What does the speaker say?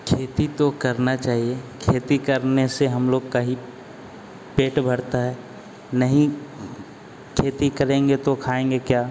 खेती तो करना चाहिए खेती करने से हम लोग का ही पेट भरता है नहीं खेती करेंगे तो खाएंगे क्या